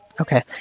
Okay